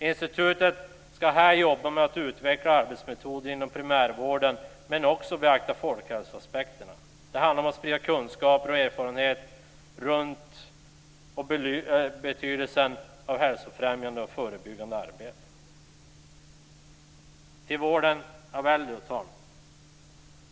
Institutet ska här jobba med att utveckla arbetsmetoder inom primärvården och också beakta folkhälsoaspekterna. Det handlar om att sprida kunskaper och erfarenheter kring betydelsen av hälsofrämjande och förebyggande arbete. Fru talman! Sedan har vi vården av äldre.